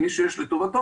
מי שיש לטובתו,